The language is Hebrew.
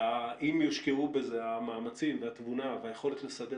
אם יושקעו בזה המאמצים והתבונה והיכולת לסדר